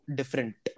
different